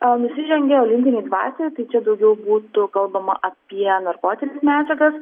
o nusižengia olimpinei dvasiniai tai čia daugiau būtų kalbama apie narkotines medžiagas